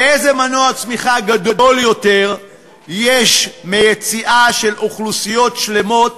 ואיזה מנוע צמיחה גדול יותר מיציאה של אוכלוסיות שלמות